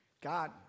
God